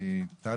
בבקשה.